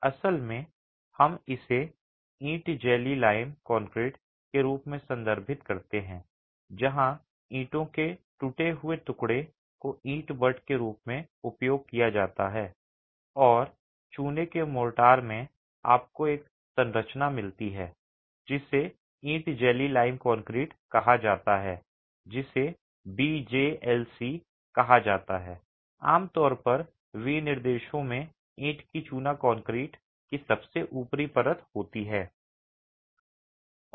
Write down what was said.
असल में हम इसे ईंट जेली लाइम कंक्रीट के रूप में संदर्भित करते हैं जहां ईंटों के टूटे हुए टुकड़े को ईंटबट के रूप में उपयोग किया जाता है और चूने के मोर्टार में आपको एक संरचना मिलती है जिसे ईंट जेली लाइम कंक्रीट कहा जाता है जिसे बीजेएलसी कहा जाता है आमतौर पर विनिर्देशों में ईंट की चूना कंक्रीट कंक्रीट की सबसे ऊपरी परत होती है